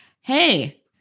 hey